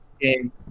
game